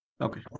Okay